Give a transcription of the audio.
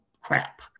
crap